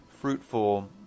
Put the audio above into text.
fruitful